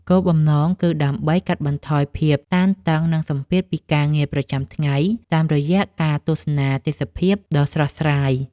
គោលបំណងគឺដើម្បីកាត់បន្ថយភាពតានតឹង និងសម្ពាធពីការងារប្រចាំថ្ងៃតាមរយៈការទស្សនាទេសភាពដ៏ស្រស់ស្រាយ។